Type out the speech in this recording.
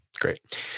Great